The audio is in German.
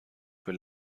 für